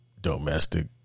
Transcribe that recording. Domestic